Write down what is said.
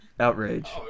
outrage